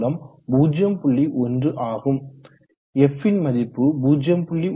1 ஆகும் fன் மதிப்பு 0